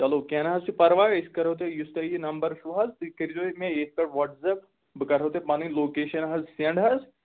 چلو کیٚنٛہہ نہَ حظ چھُ پرواے أسۍ کرو تۄہہِ یُس تۄہہِ یہِ نَمبر چھُو حظ تُہۍ کٔرۍزیٚو مےٚ ییٚتھۍ پٮ۪ٹھ واٹٕس ایپ بہٕ کَرہو تۄہہِ پنٕنۍ لوکیشَن حظ سیٚنٛڈ حظ